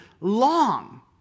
long